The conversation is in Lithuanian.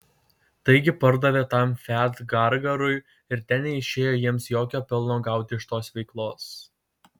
taigi pardavė tam fiat gargarui ir ten neišėjo jiems jokio pelno gauti iš tos veiklos